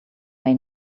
may